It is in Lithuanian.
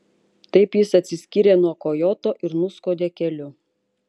taip jis atsiskyrė nuo kojoto ir nuskuodė keliu